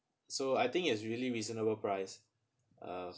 so I think it's really reasonable price uh